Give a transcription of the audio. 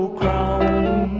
crown